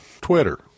Twitter